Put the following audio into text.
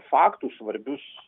faktus svarbius